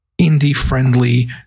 indie-friendly